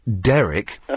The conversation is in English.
Derek